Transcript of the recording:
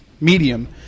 medium